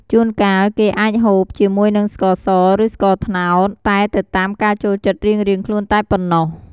ជូនកាលគេអាចហូបជាមួយនឹងស្ករសឬស្ករត្នោតតែទៅតាមការចូលចិត្តរៀងៗខ្លួនតែប៉ុណ្ណោះ។